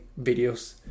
videos